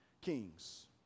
kings